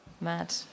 mad